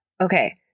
Okay